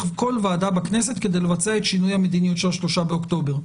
כל ועדה בכנסת כדי לבצע את שינוי המדיניות של ה-3 באוקטובר.